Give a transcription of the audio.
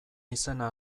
izena